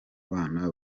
bana